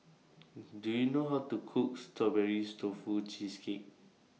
Do YOU know How to Cook Strawberries Tofu Cheesecake